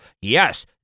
yes